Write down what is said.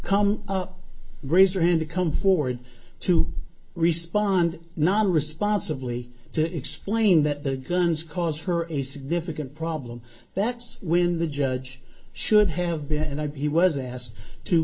come up raise your hand to come forward to respond not responsibly to explain that the guns cause her a significant problem that's when the judge should have been and i've he was asked to